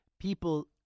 people